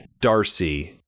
Darcy